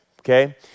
okay